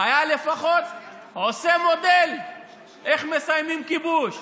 לפחות עושה מודל איך מסיימים כיבוש.